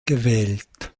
gewählt